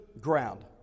ground